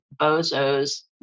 bozo's